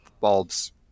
bulbs